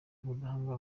ubudahangarwa